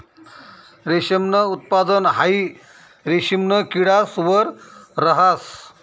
रेशमनं उत्पादन हाई रेशिमना किडास वर रहास